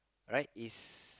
right is